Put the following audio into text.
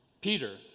Peter